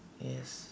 yes